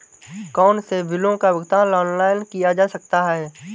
कौनसे बिलों का भुगतान ऑनलाइन किया जा सकता है?